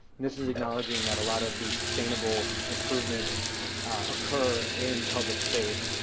this is acknowledging that a lot of the sustainable improvements occur in public space,